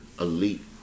elite